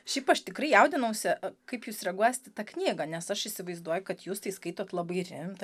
šiaip aš tikrai jaudinausi kaip jūs reaguosit į tą knygą nes aš įsivaizduoju kad jūs tai skaitot labai rimtą